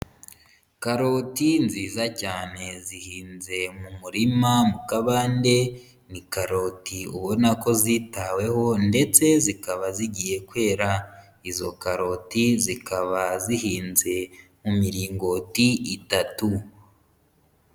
Karoti nziza cyane zihinze mu murima mu kabande, ni karoti ubona ko zitaweho ndetse zikaba zigiye kwera. Izo karoti zikaba zihinze mu miringoti itatu.